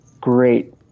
great